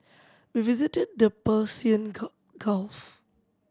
we visited the Persian Gulf